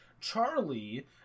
Charlie